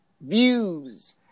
views